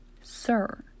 Sir